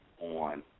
on